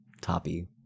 toppy